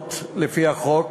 תקנות לפי החוק